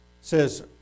says